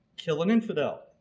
kill an infidel.